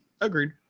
Agreed